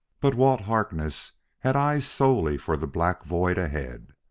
but walt harkness had eyes solely for the black void ahead.